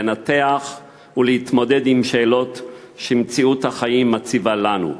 לנתח ולהתמודד עם שאלות שמציאות החיים מציבה לנו,